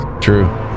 True